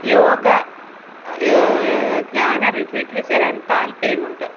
യോഗ ധ്യാന റിട്രീറ്റിൽ ചേരാൻ താല്പര്യമുണ്ട്